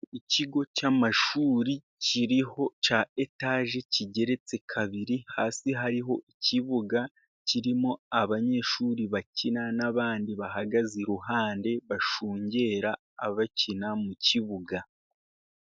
Ikigo cy'amashuri kiriho cya etaji kigeretse kabiri, hasi hariho ikibuga kirimo abanyeshuri bakina n'abandi bahagaze iruhande bashungera abakina mu kibuga.